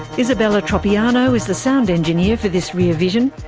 isabella tropiano is the sound engineer for this rear vision.